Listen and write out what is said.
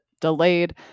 delayed